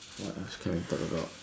what else can we talk about